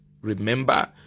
remember